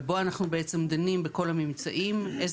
ובו אנחנו בעצם דנים בכל הממצאים ואיזה